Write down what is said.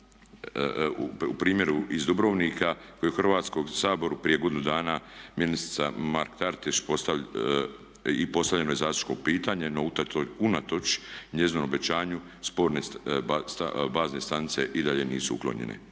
u primjeru iz Dubrovnika koji je u Hrvatskom saboru prije godinu dana ministrica Mrak Taritaš, i postavljeno je zastupničko pitanje no unatoč njezinom obećanju sporne bazne stanice i dalje nisu uklonjene.